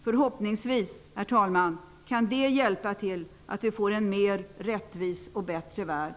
Förhoppningsvis kan det kanske hjälpa oss att få en mer rättvis och en bättre värld.